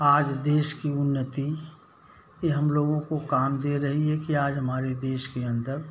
आज देश की उन्नति ये हम लोगों को काम दे रही है कि आज हमारे देश के अंदर